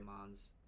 Mons